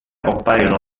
compaiono